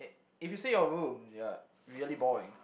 if you say your room you are really boring